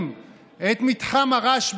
כיום כבר אין סטיגמה כבעבר.